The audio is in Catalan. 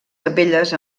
capelles